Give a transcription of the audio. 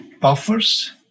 buffers